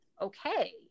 okay